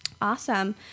Awesome